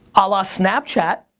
a la snapchat,